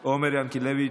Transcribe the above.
עומר ינקלביץ'